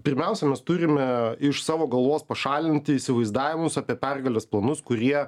pirmiausia mes turime iš savo galvos pašalinti įsivaizdavimus apie pergalės planus kurie